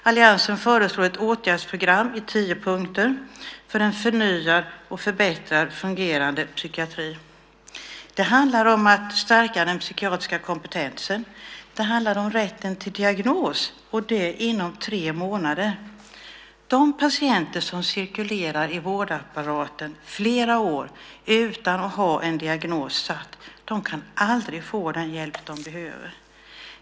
Alliansen föreslår ett åtgärdsprogram i tio punkter för en förnyad och förbättrad fungerande psykiatri. Det handlar om att stärka den psykiatriska kompetensen. Det handlar om rätten till diagnos - och det inom tre månader. De patienter som cirkulerar i vårdapparaten i flera år utan att ha en diagnos satt kan aldrig få den hjälp de behöver.